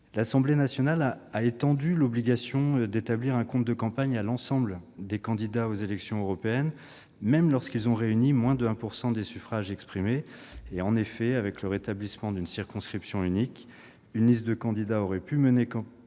menues dépenses. Elle a étendu l'obligation d'établir un compte de campagne à l'ensemble des candidats aux élections européennes, même lorsqu'ils ont réuni moins de 1 % des suffrages exprimés. En effet, avec le rétablissement d'une circonscription unique, une liste de candidats aurait pu mener campagne